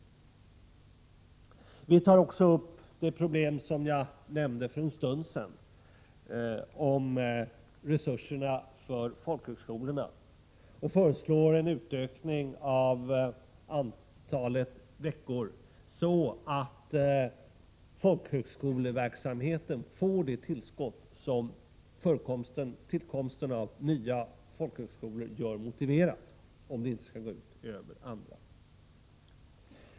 28 april 1988 Vi tar också upp de problem som jag nämnde för en stund sedan om resurserna för folkhögskolorna och föreslår en ökning av antalet veckor, så att folkhögskoleverksamheten får det tillskott som tillkomsten av nya folkhögskolor motiverar för att deras tillkomst inte skall gå ut över andra folkhögskolor.